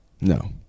No